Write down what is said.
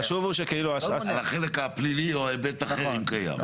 חלק פלילי או היבט אחר אם קיים.